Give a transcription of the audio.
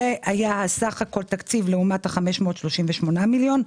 זה היה סך כל התקציב לעומת 538 המיליונים.